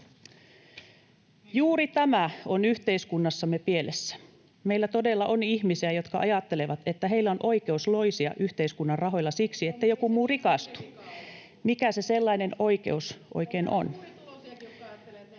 Juuri tämä on yhteiskunnassamme pielessä. Meillä todella on ihmisiä, jotka ajattelevat, että heillä on oikeus loisia yhteiskunnan rahoilla siksi, että joku muu rikastuu. [Vasemmalta: Joo, mutta ei se